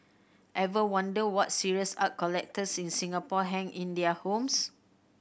ever wondered what serious art collectors in Singapore hang in their homes